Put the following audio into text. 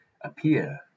appear